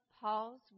Paul's